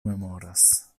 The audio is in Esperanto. memoras